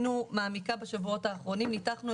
וכמובן שיש השפעות רגולטוריות פנימיות